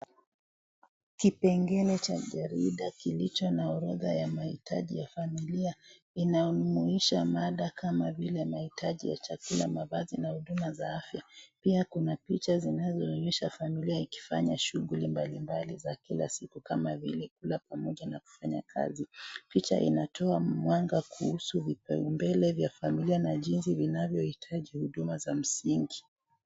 Kipengele cha jarida kilicho na orodha ya mahitaji ya familia inaumuhisha mada kama vile mahitaji ya chakula na mavazi na huduma za afya. Pia kuna picha zinazoonyesha familia ikifanya shughuli mbalimbali za kila siku kama vile kula pamoja na kufanya kazi. Picha inatoa mwanga kuhusu vipaumbele vya familia na jinsi vinavyohitaji huduma za msingi.